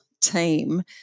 team